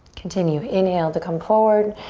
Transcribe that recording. continue. inhale to come forward.